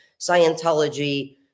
Scientology